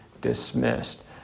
dismissed